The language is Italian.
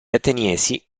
ateniesi